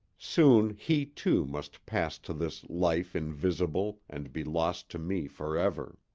soon he, too, must pass to this life invisible and be lost to me forever.